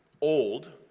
old